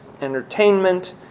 entertainment